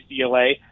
UCLA